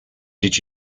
did